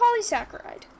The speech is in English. polysaccharide